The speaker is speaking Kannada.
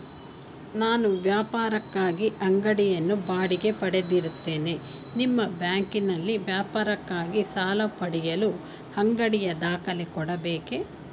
ನಾನು ವ್ಯಾಪಾರಕ್ಕಾಗಿ ಅಂಗಡಿಯನ್ನು ಬಾಡಿಗೆ ಪಡೆದಿರುತ್ತೇನೆ ನಿಮ್ಮ ಬ್ಯಾಂಕಿನಲ್ಲಿ ವ್ಯಾಪಾರಕ್ಕಾಗಿ ಸಾಲ ಪಡೆಯಲು ಅಂಗಡಿಯ ದಾಖಲೆ ಕೊಡಬೇಕೇ?